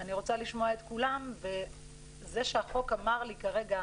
אני רוצה לשמוע את כולם וזה שהחוק אמר לי כרגע